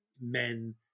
men